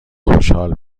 خوشحال